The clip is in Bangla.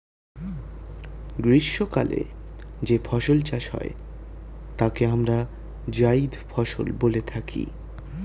গ্রীষ্মকালে যে ফসল চাষ হয় তাকে আমরা জায়িদ ফসল বলে থাকি